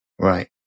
Right